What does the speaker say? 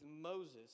Moses